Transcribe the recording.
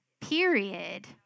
period